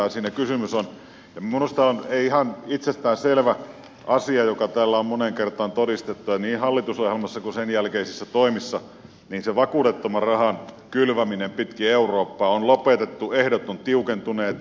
minusta on ihan itsestään selvä asia joka täällä on moneen kertaan todistettu niin hallitusohjelmassa kuin sen jälkeisissä toimissa että se vakuudettoman rahan kylväminen pitkin eurooppaa on lopetettu ehdot ovat tiukentuneet